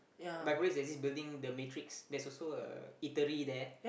Biopolis there's this building the Matrix there's also a eatery there